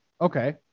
Okay